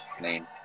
name